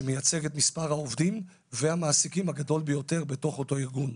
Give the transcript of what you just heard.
שמייצג את מספר העובדים והמעסיקים הגדול ביותר בתוך אותו ארגון.